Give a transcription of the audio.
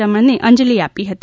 રમણને અંજલિ આપી હતી